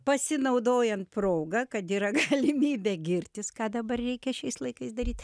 pasinaudojant proga kad yra galimybė girtis ką dabar reikia šiais laikais daryt